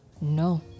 No